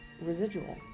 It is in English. residual